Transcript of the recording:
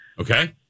Okay